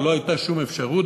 אבל לא הייתה שום אפשרות,